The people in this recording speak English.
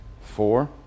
four